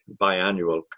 biannual